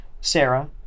Sarah